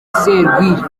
serwiri